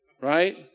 Right